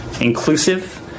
inclusive